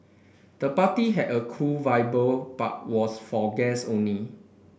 the party had a cool but was for guests only